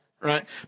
right